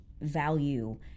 value